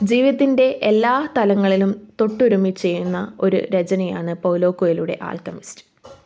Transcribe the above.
ജീവിതത്തിൻ്റെ എല്ലാ തലങ്ങളിലും തൊട്ടുരുമ്മി ചെയ്യുന്ന ഒരു രചനയാണ് പൗലോ കൊയ്ലോയുടെ അൽക്കമിസ്റ്റ്